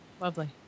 Lovely